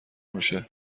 میشه